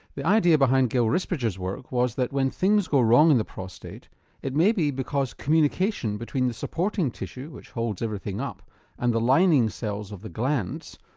the idea behind gail risbridger's work was that when things go wrong in the prostate it maybe because communication between the supporting tissue which holds everything up and the lining cells of the glands,